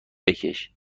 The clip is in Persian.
بکش